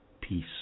Peace